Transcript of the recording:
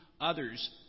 others